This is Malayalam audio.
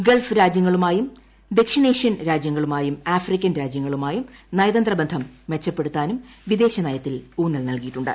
ഗൾഫ് രാജ്യങ്ങളുമായും ദക്ഷിണേഷ്യൻ രാജ്യങ്ങളുമായും ആഫ്രിക്കൻ രാജ്യങ്ങളുമായും നയതന്ത്ര ബന്ധം മെച്ചപ്പെടുത്താനും വിദേശനയത്തിൽ ഊന്നൽ നൽകിയിട്ടുണ്ട്